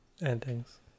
endings